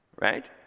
Right